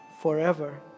forever